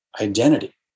identity